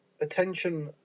attention